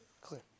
Clear